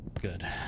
Good